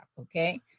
okay